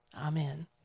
Amen